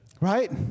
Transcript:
Right